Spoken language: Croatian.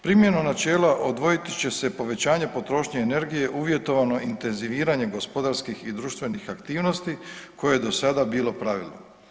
Primjenom načela odvojiti će se povećanje potrošnje energije uvjetovano intenziviranjem gospodarskih i društvenih aktivnosti koje do sada bilo pravilo.